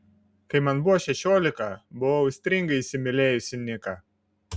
kai man buvo šešiolika buvau aistringai įsimylėjusi niką